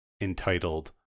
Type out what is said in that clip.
entitled